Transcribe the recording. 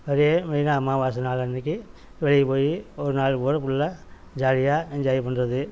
அதேமாதிரி நான் அமாவாசை நாள் அன்றைக்கி வெளியே போய் ஒரு நாள் பூரா ஃபுல்லாக ஜாலியாக என்ஜாய் பண்ணுறது